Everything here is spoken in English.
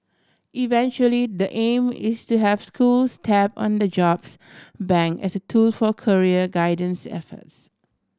eventually the aim is to have schools tap on the jobs bank as a tool for career guidance efforts